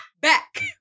Back